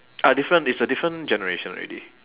uh different it's a different generation already